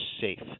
safe